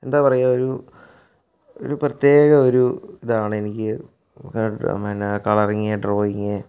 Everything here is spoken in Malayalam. എന്താപറയാൻ ഒരു ഒരു പ്രത്യേക ഒരു ഇതാണ് എനിക്ക് പിന്നെ കളറിംഗ് ഡ്രോയിങ്